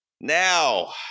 now